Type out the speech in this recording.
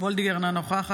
אינו נוכח